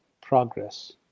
progress